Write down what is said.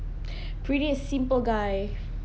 pretty simple guy